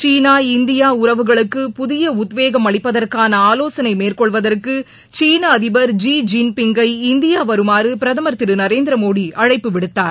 சீனா India உறவுகளுக்கு புதியஉத்வேகம் அளிப்பதற்கானஆலோசனைமேற்னெள்வதற்குசீனஅதிபர் ஸி ஜின் பிங்கை இந்தியாவருமாறுபிரதமர் திருநரேந்திரமோடிஅழைப்பு விடுத்தார்